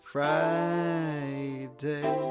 Friday